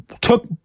took